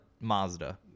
Mazda